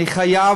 אני חייב,